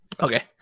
Okay